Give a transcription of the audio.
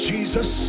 Jesus